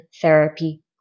therapy